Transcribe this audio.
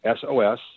SOS